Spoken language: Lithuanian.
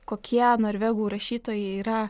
kokie norvegų rašytojai yra